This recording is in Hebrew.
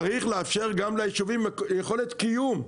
צריך לאפשר ליישובים גם יכולת קיום.